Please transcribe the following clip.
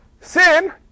sin